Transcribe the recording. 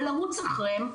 בלרוץ אחריהם,